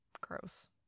gross